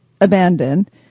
abandoned